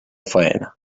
faena